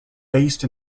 based